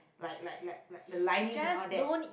like like like like the linings and all that